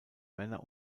männer